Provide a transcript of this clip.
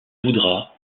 voudra